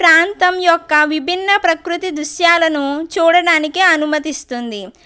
ప్రాంతం యొక్క విభిన్న ప్రకృతి దృశ్యాలను చూడడానికి అనుమతిస్తుంది